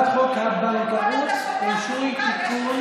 כנסת.